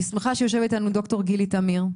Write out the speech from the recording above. אני שמחה שיושבת איתנו ד"ר גילי תמיר,